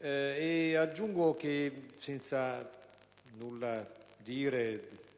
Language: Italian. Aggiungo, senza nulla dire